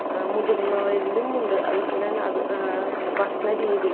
മുതിർന്നവരിലുമുണ്ട് അതുപോലെ തന്നെ അത് ഭക്ഷണ രീതികളും